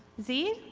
zee?